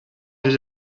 did